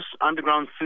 underground